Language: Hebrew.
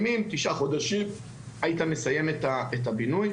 לתוך היישובים שלהם, יש דרישה לגני ילדים,